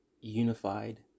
unified